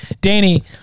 Danny